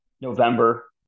November